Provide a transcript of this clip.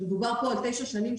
אם מדברים על סעיף קטן (א),